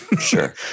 Sure